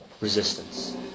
resistance